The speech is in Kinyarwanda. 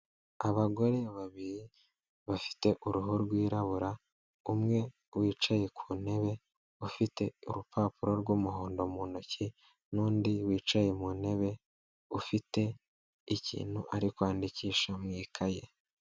Abagore babiri bafite uruhu rwirabura, umwe wicaye ku ntebe ufite urupapuro rw'umuhondo mu ntoki, n'undi wicaye mu ntebe ufite ikintu ari kwandikisha mu ikaye.